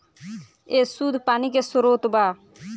ए शुद्ध पानी के स्रोत बा